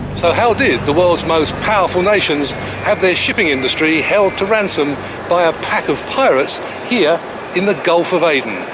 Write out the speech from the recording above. so how did the world's most powerful nations have their shipping industry held to ransom by a pack of pirates here in the gulf of aden?